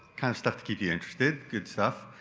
kind of stuff to keep you interested, good stuff.